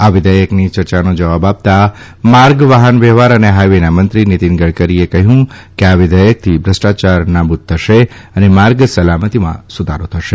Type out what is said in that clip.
આ વિઘેયકની યર્ચાનો જવાબ આપતાં માર્ગ વાહન વ્યવહાર અને હાઈવેના મંત્રી નીતીન ગડકરીએ કહ્યું કે આ વિઘેયકથી ભ્રષ્ટાચાર નાબુદ થશે અને માર્ગ સલામતીમાં સુધારો થશે